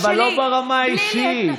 אבל לא ברמה האישית.